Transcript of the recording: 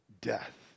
death